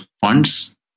funds